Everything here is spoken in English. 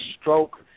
stroke